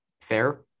fair